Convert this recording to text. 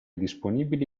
disponibili